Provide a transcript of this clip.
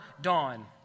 dawn